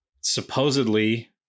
supposedly